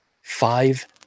Five